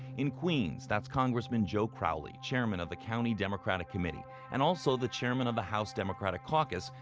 in queens, that's congressman joe crowley, chairman of the county democratic committee and also the chairman of the house democratic caucus,